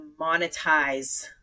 monetize